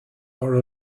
are